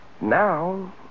Now